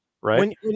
right